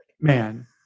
man